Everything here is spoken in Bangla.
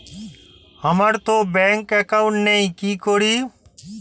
আমারতো ব্যাংকে একাউন্ট নেই কি করি?